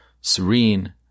serene